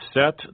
set